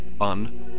On